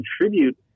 contribute